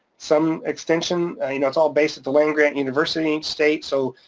some extension you know it's all based at the land grant university in state. so